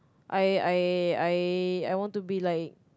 I I I I want to be like